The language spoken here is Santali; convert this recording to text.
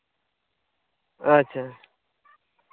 ᱟᱪᱪᱷᱟ